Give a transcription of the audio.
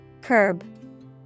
Curb